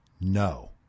No